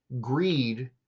Greed